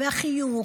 החיוך,